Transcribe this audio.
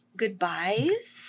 goodbyes